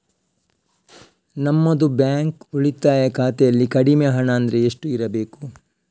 ನಮ್ಮದು ಬ್ಯಾಂಕ್ ಉಳಿತಾಯ ಖಾತೆಯಲ್ಲಿ ಕಡಿಮೆ ಹಣ ಅಂದ್ರೆ ಎಷ್ಟು ಇರಬೇಕು?